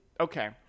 Okay